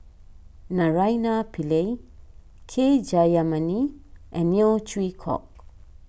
Naraina Pillai K Jayamani and Neo Chwee Kok